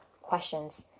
questions